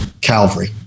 Calvary